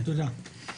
תודה.